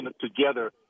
together